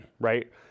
right